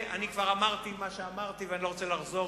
ואני כבר אמרתי מה שאמרתי ואני לא רוצה לחזור,